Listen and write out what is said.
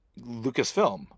Lucasfilm